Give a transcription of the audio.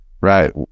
right